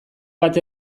bat